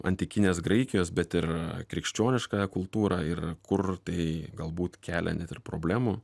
antikinės graikijos bet ir krikščioniškąją kultūrą ir kur tai galbūt kelia net ir problemų